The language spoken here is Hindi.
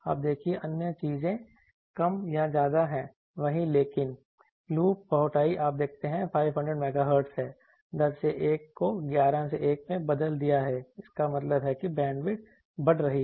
आप देखिए अन्य चीजें कम या ज्यादा हैं वही लेकिन लूप बोटाई आप देखते हैं 500 MHz है 10 से 1 को 11 से 1 में बदल दिया गया है इसका मतलब है कि बैंडविड्थ बढ़ रही है